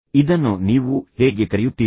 ಆದರೆ ನೀವು ಇದನ್ನು ಹೇಗೆ ಕರೆಯುತ್ತೀರಿ